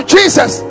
Jesus